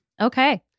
Okay